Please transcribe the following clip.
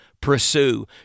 pursue